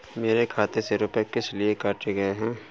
मेरे खाते से रुपय किस लिए काटे गए हैं?